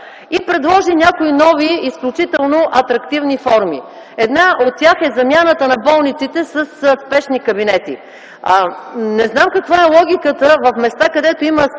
и предложи някои нови, изключително атрактивни форми. Една от тях е замяната на болниците със спешни кабинети. Не знам каква е логиката в места, където има